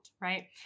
right